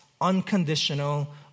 unconditional